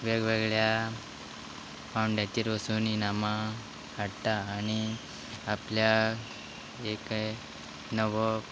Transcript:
वेगवेगळ्या पांवंड्याचेर वसून इनामां हाडटा आनी आपल्या एक नवो